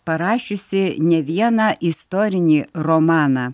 parašiusi ne vieną istorinį romaną